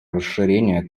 расширение